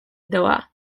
doa